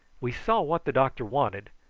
we saw what the doctor wanted,